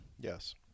Yes